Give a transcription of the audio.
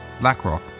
blackrock